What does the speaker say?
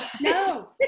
No